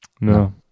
No